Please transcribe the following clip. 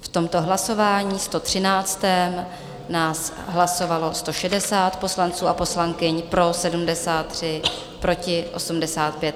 A v tomto hlasování 113 nás hlasovalo 160 poslanců a poslankyň, pro 73, proti 85.